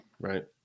Right